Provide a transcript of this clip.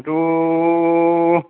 এইটো